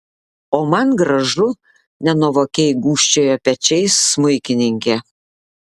o man gražu nenuovokiai gūžčiojo pečiais smuikininkė